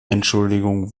entschuldigung